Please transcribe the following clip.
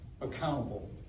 accountable